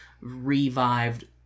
revived